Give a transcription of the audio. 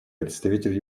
представитель